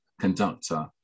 conductor